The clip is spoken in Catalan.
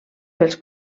pels